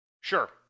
Sure